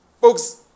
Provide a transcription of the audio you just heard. Folks